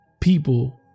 people